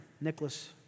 Nicholas